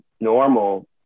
normal